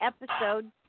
episode